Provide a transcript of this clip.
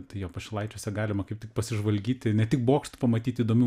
tai jo pašilaičiuose galima kaip tik pasižvalgyti ne tik bokštų pamatyti įdomių